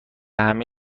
همه